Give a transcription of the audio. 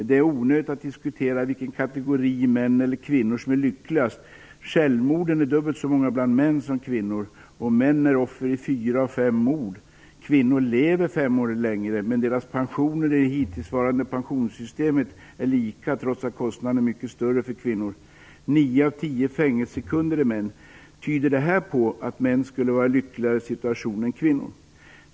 Det är onödigt att diskutera vilken kategori, män eller kvinnor, som är lyckligast. Självmorden är dubbelt så många bland män som bland kvinnor. Män är offer i fyra av fem mord. Kvinnor lever fem år längre, men deras pensioner i det hittillsvarande pensionssystemet är lika, trots att kostnaden är mycket större för kvinnor. Nio av tio fängelsekunder är män. Tyder detta på att män skulle vara i en lyckligare situation än kvinnor?